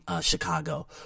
Chicago